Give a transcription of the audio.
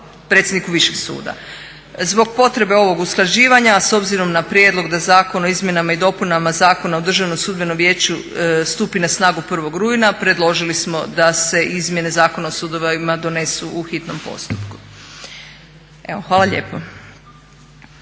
predsjedniku višeg suda. Zbog potrebe ovog usklađivanja a s obzirom na prijedlog da zakon o izmjenama i dopunama Zakona o Državnog sudbenog vijeću stupi na snagu 1.rujna predložili smo da se izmjene Zakona o sudovima donesu u hitnom postupku. Evo hvala lijepo.